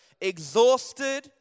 exhausted